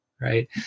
Right